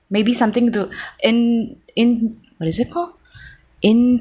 maybe something to in in what is it called in